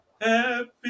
happy